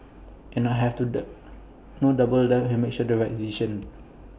and I have to no doubt that he'll make the right decision